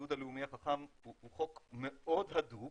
התיעוד הלאומי החכם הוא חוק מאוד הדוק,